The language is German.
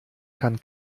kann